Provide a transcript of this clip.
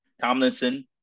Tomlinson